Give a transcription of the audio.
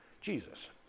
Jesus